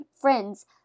friends